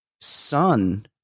son